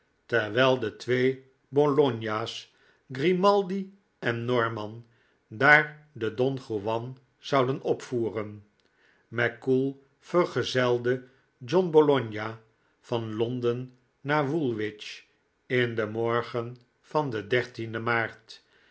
terwijl de twee bologna's grimaldi en norman daar den don juan zouden opvoeren mackoull vergezelde john bologna van londen naar woolwich in den morgen van den dertienden maart